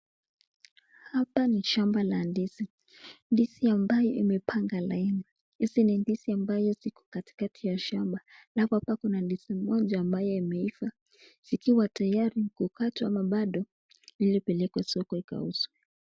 Hapa ni shamba la ndizi. Ndizi ambayo imepanga laini. Hizi ni ndizi ambayo ziko katikati ya shamba alafu hapa kuna ndizi moja ambbayo imeiva zikiwatayari ama bado ili ipelekwe soko ikauzwe.